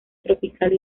tropical